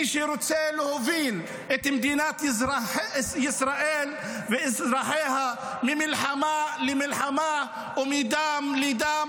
מי שרוצה להוביל את מדינת ישראל ואזרחיה ממלחמה למלחמה ומדם לדם,